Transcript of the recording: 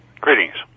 Greetings